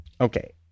Okay